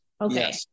okay